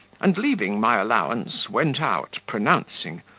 and leaving my allowance, went out, pronouncing,